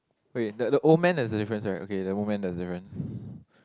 okay the the old man has a difference right okay the old man there's difference